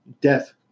death